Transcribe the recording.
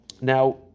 Now